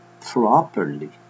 properly